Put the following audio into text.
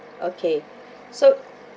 okay so